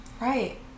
right